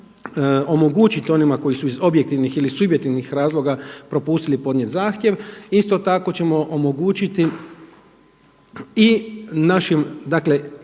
omogućiti onima koji su iz objektivnih ili subjektivnih razloga propustili podnijeti zahtjev isto tako ćemo omogućiti i našim dakle